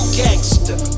gangster